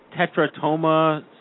Tetratoma